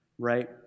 right